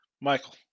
Michael